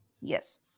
yes